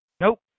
Nope